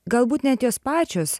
galbūt net jos pačios